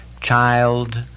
child